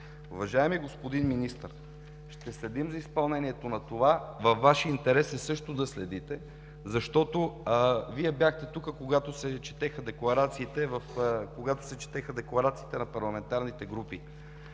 Уважаеми господин Министър, ще следим за изпълнението на това. Във Ваш интерес е също да следите, защото Вие бяхте тук, когато се четяха декларациите на парламентарните групи.